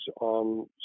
on